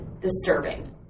disturbing